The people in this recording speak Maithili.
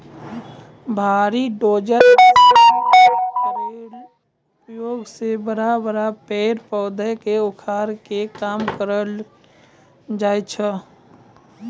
भारी डोजर मसीन केरो उपयोग सें बड़ा बड़ा पेड़ पौधा क उखाड़े के काम करलो जाय छै